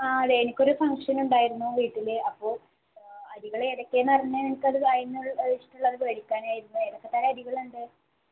ആ അതെ എനിക്കൊരു ഫങ്ഷൻ ഉണ്ടായിരുന്നു വീട്ടില് അപ്പോള് അരികള് ഏതൊക്കെയാണെന്ന് അറിഞ്ഞാല് എനിക്കത് ഇഷ്ടമുള്ളത് മേടിക്കാനായിരുന്നു ഏതൊക്കെ തരം അരികളുണ്ട്